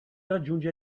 raggiunge